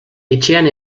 etxean